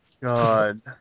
God